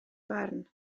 barn